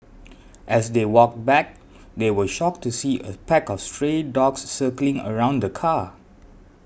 as they walked back they were shocked to see a pack of stray dogs circling around the car